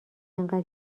انقدر